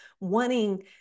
wanting